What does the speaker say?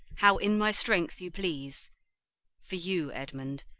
how in my strength you please for you, edmund,